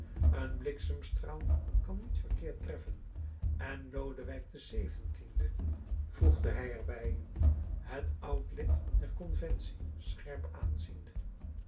een bliksemstraal kan niet verkeerd treffen en lodewijk xvii voegde hij er bij het oud lid der conventie scherp aanziende